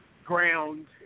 ground